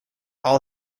all